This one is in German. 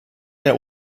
der